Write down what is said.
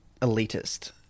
elitist